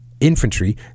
infantry